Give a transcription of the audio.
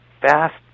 fast